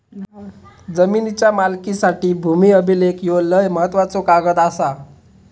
जमिनीच्या मालकीसाठी भूमी अभिलेख ह्यो लय महत्त्वाचो कागद आसा